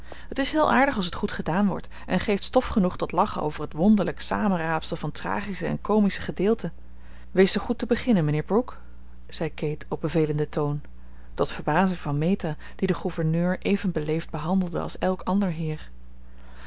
het is heel aardig als het goed gedaan wordt en geeft stof genoeg tot lachen over het wonderlijk samenraapsel van tragische en comische gedeelten wees zoo goed te beginnen mijnheer brooke zei kate op bevelenden toon tot verbazing van meta die den gouverneur even beleefd behandelde als elk ander heer